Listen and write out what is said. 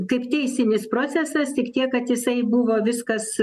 kaip teisinis procesas tik tiek kad jisai buvo viskas